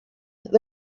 there